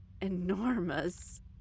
enormous